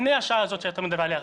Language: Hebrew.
לפני השעה הזאת שאתה מדבר עליה,